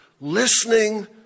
listening